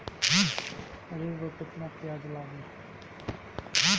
ऋण पर केतना ब्याज लगी?